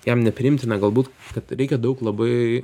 jam nepriimtina galbūt kad reikia daug labai